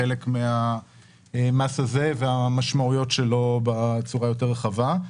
כחלק מהמס הזה והמשמעויות שלו בצורה היותר רחבה.